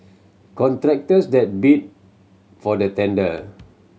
contractors that bid for the tender